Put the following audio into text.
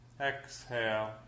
exhale